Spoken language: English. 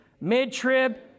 mid-trib